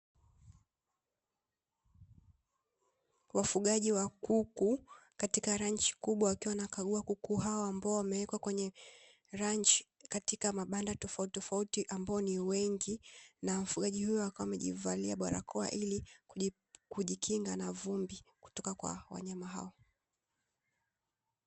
Wafugaji wa kuku katika ranchi kubwa wakiwa wanakagua kuku hawa ambao wamewekwa kwenye ranchi katika mabanda tofauti tofauti, ambao ni wengi na mfugaji huyo akiwa wamejivalia barakoa ili kujikinga na vumbi kutoka kwa wanyama hao.